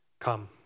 Come